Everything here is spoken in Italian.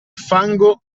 fango